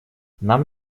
нам